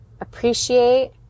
appreciate